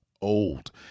old